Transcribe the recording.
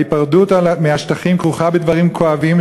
ההיפרדות מהשטחים כרוכה בדברים כואבים,